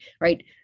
Right